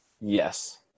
Yes